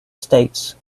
states